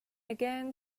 again